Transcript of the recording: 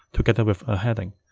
together with a heading.